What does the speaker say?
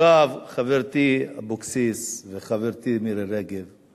חברתי אורלי אבקסיס וחברתי מירי רגב,